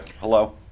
hello